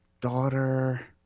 daughter